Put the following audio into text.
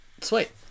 Sweet